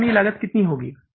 परिवर्तनीय लागत कितनी होगी